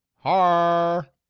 are